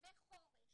'נווה חורש'.